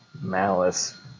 malice